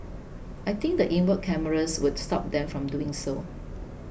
I think the inward cameras would stop them from doing so